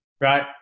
right